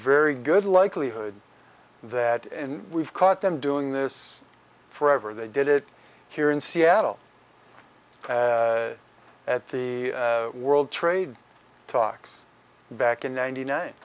very good likelihood that when we've caught them doing this forever they did it here in seattle at the world trade talks back in ninety nine